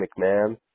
McMahon